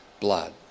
blood